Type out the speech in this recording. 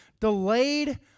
delayed